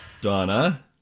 Donna